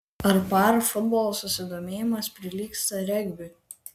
ar par futbolo susidomėjimas prilygsta regbiui